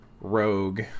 rogue